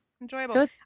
enjoyable